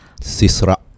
Sisra